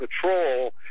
patrol